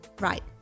Right